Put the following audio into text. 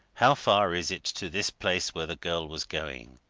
how far is it to this place where the girl was going?